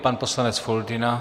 Pan poslanec Foldyna.